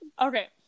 okay